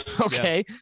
okay